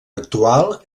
actual